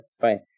fine